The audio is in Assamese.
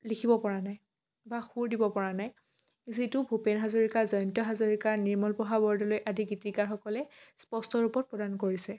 লিখিব পৰা নাই বা সুৰ দিব পৰা নাই যিটো ভূপেন হাজৰিকা জয়ন্ত হাজৰিকা নিৰ্মলপ্ৰভা বৰদলৈ আদি গীতিকাৰসকলে স্পষ্ট ৰূপত প্ৰদান কৰিছে